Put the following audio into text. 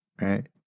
right